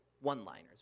one-liners